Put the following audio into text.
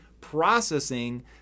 processing